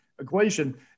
equation